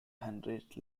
heinrich